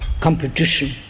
competition